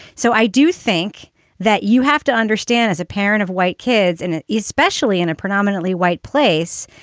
so i do think that you have to understand, as a parent of white kids and especially in a predominantly white place,